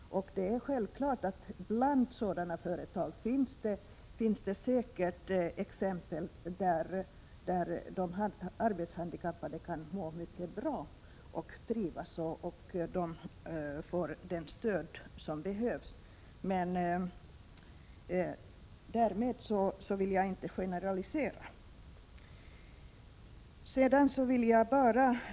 Bland sådana företag finns säkert exempel på anställda arbetshandikappade som mår mycket bra. De trivs där, och de får det stöd som behövs. Därmed vill jag inte generalisera.